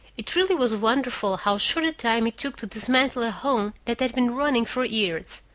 it really was wonderful how short a time it took to dismantle a home that had been running for years.